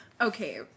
Okay